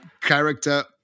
character